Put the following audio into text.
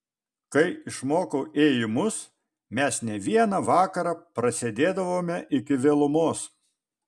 kai išmokau ėjimus mes ne vieną vakarą prasėdėdavome iki vėlumos